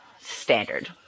standard